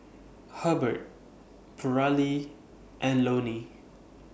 Hebert Paralee and Loney